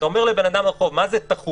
אתה אומר לאדם ברחוב, מה זה תחום?